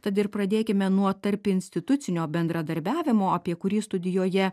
tad ir pradėkime nuo tarpinstitucinio bendradarbiavimo apie kurį studijoje